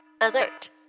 Alert